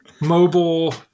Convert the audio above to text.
mobile